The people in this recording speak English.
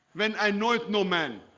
when i know it, no, man.